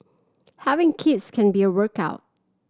having kids can be a workout